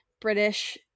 British